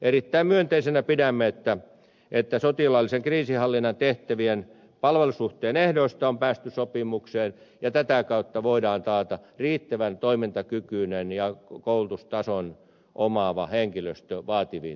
erittäin myönteisenä pidämme että sotilaallisen kriisinhallinnan tehtävien palvelussuhteen ehdoista on päästy sopimukseen ja tätä kautta voidaan taata riittävän toimintakykyinen ja koulutustason omaavaa henkilöstöä vaativin